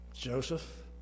Joseph